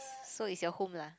so it's your home lah